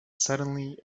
suddenly